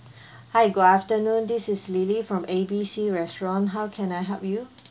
hi good afternoon this is lily from A B C restaurant how can I help you